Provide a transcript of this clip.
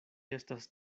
estas